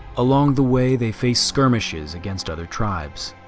along the way, they faced skirmishes against other tribes.